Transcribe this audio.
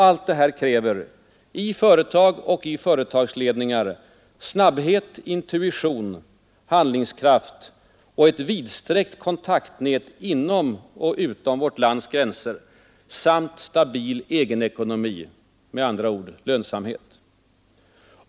Allt detta kräver i företag och i företagsledningar snabbhet, intuition, handlingskraft och ett vidsträckt kontaktnät inom och utom vårt lands gränser samt stabil egenekonomi, med andra ord lönsamhet.